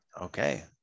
okay